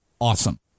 awesome